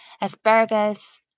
asparagus